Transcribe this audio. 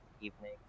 evening